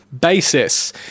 basis